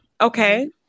Okay